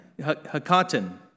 -Hakatan